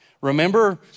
Remember